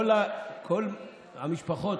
כל המשפחות,